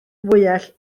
fwyell